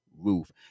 roof